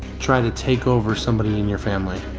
try to take over somebody in your family.